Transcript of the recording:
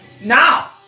now